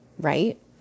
right